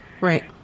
Right